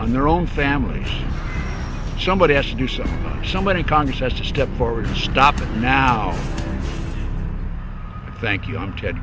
on their own family somebody has to do something somebody congress has to step forward stop it now thank you i'm ted